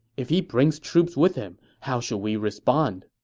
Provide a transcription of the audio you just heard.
if he brings troops with him, how should we respond?